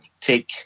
take